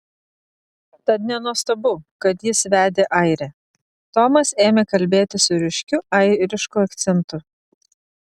tad nenuostabu kad jis vedė airę tomas ėmė kalbėti su ryškiu airišku akcentu